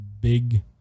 big